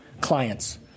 clients